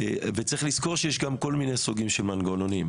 גם צריך לזכור שיש כל מיני סוגים של מנגנונים.